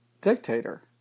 dictator